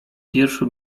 pierwszy